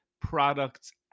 products